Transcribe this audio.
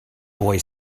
boy